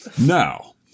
Now